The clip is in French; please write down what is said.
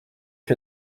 est